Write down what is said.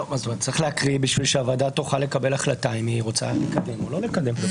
צריך לקרוא בשביל שהוועדה תוכל לקבל החלטה אם היא רוצה לקבל או לא לקבל.